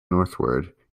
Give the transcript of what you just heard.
northward